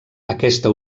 aquesta